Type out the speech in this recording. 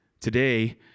Today